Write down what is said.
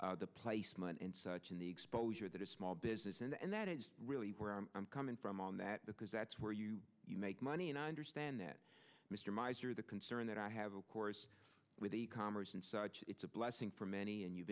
then the placement and such in the exposure that a small business and that is really where i'm coming from on that because that's where you make money and i understand that mr miser the concern that i have of course with e commerce and such it's a blessing for many and you've